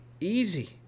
Easy